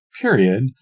period